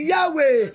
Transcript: Yahweh